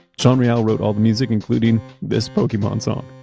sean real wrote all the music, including this pokemon song.